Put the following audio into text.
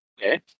Okay